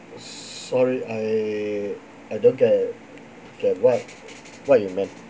sorry I I don't get get what what you meant